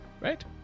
right